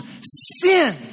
sin